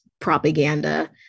propaganda